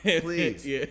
Please